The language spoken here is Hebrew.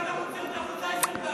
כבר היית מוציא אותי החוצה עשר פעמים.